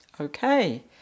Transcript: Okay